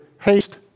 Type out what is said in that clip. haste